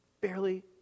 barely